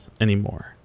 anymore